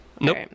Nope